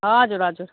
हजुर हजुर